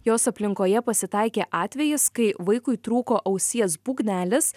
jos aplinkoje pasitaikė atvejis kai vaikui trūko ausies būgnelis